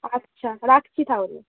আচ্ছা রাখছি তাহলে